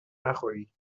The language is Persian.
نخوری